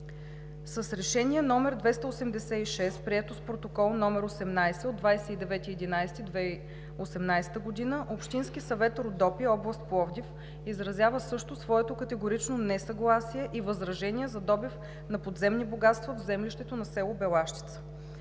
С решение № 286, прието с протокол № 18 от 29 ноември 2018 г., Общински съвет Родопи, област Пловдив, изразява също своето категорично несъгласие и възражения за добив на подземни богатства в землището на село Белащица.